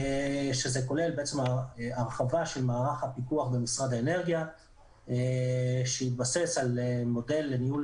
שזה כולל הרחבה של מערך הפיקוח במשרד האנרגיה שהתבסס על מודל לניהול